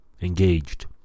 engaged